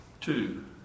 two